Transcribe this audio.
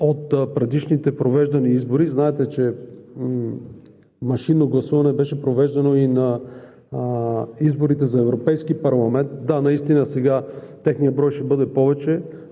от предишните провеждани избори. Знаете, че машинно гласуване беше провеждано и на изборите за Европейския парламент. Да, наистина сега техният брой ще бъде повече,